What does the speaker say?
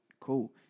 cool